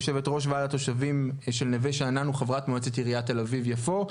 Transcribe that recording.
יושבת-ראש ועד התושבים של נווה שאנן וחברת מועצת עיריית תל אביב-יפו,